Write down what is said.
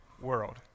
world